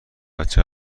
بچه